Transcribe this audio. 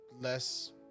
less